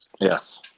Yes